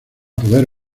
poder